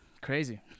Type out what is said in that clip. Crazy